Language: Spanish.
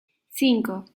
cinco